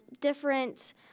different